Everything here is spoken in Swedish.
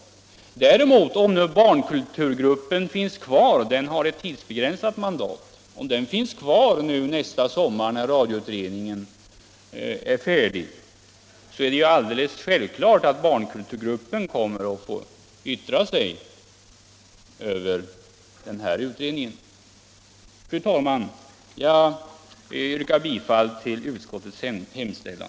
Om däremot barnkulturgruppen finns kvar den I har ett tidsbegränsat mandat — nästa sommar när radioutredningen är — Anmälningsplikten färdig, är det alldeles självklart att barnkulturgruppen kommer att få beträffande vissa yttra sig över den här utredningen. skogsavverkningar Fru talman! Jag yrkar bifall till utskottets hemställan.